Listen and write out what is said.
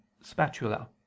spatula